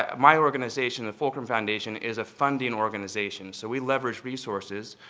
ah my organization, the fulcrum foundation, is a funding organization, so we leverage resources.